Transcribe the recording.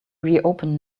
reopen